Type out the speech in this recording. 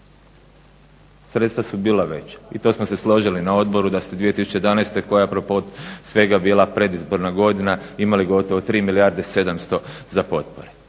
Sredstva su bila veća i to smo se složili na odboru da ste 2011. koja je a propos svega bila predizborna godina, imali gotovo 3 milijarde 700 za potpore,